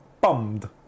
Bummed